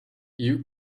you